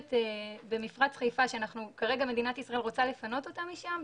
המזוהמת במפרץ חיפה שכרגע מדינת ישראל רוצה לפנות אותה משם,